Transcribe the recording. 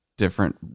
different